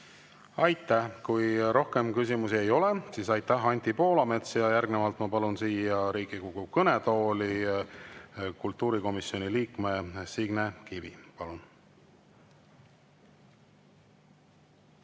Kivi. Kui rohkem küsimusi ei ole, siis aitäh, Anti Poolamets! Järgnevalt ma palun siia Riigikogu kõnetooli kultuurikomisjoni liikme Signe Kivi.